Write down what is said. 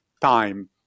time